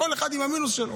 כל אחד עם המינוס שלו.